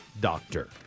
doctor